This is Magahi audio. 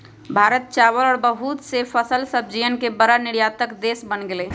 भारत चावल और बहुत से फल सब्जियन के बड़ा निर्यातक देश बन गेलय